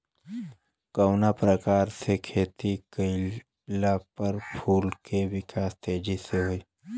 कवना प्रकार से खेती कइला पर फूल के विकास तेजी से होयी?